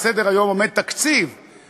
על סדר-היום עומד תקציב,